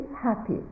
happy